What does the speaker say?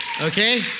Okay